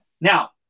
Now